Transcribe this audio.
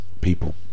people